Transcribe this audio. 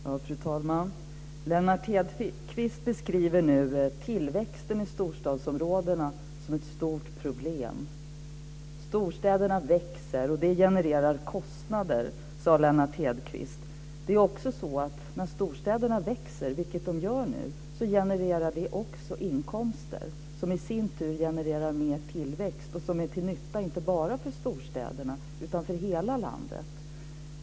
Fru talman! Lennart Hedquist beskriver nu tillväxten i storstadsområdena som ett stort problem. Storstäderna växer, och det genererar kostnader, sade När storstäderna växer, vilket de gör nu, genererar det också inkomster som i sin tur genererar mer tillväxt som är till nytta inte bara för storstäderna utan för hela landet.